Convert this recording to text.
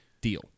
deal